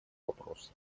вопроса